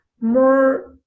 more